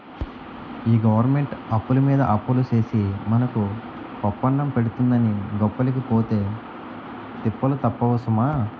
ఈ గవరమెంటు అప్పులమీద అప్పులు సేసి మనకు పప్పన్నం పెడతందని గొప్పలకి పోతే తిప్పలు తప్పవు సుమా